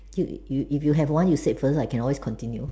dude you if you have one you say first I can always continue